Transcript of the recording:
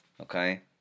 okay